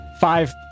five